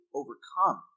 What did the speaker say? overcome